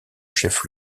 chef